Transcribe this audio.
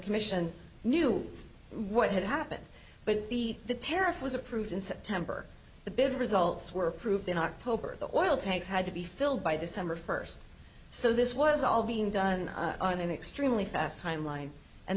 commission knew what had happened but the tariff was approved in september the bid results were approved in october the oil tanks had to be filled by december first so this was all being done on an extremely fast timeline and